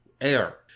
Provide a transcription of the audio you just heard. air